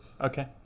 Okay